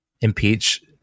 impeach